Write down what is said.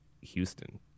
Houston